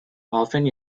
often